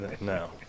no